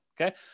Okay